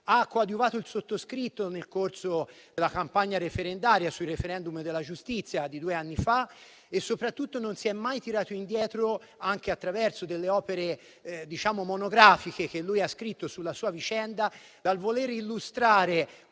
Ha coadiuvato il sottoscritto nel corso della campagna referendaria sui referendum della giustizia di due anni fa e soprattutto non si è mai tirato indietro, anche attraverso opere monografiche che ha scritto sulla sua vicenda, dall'illustrare